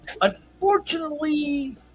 Unfortunately